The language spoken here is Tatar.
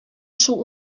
шул